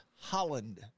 Holland